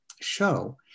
show